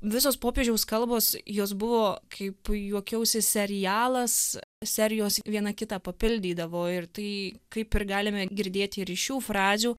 visos popiežiaus kalbos jos buvo kaip juokiausi serialas serijos viena kitą papildydavo ir tai kaip ir galime girdėti ir iš šių frazių